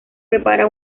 prepara